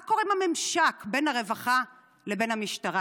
מה קורה עם הממשק בין הרווחה לבין המשטרה?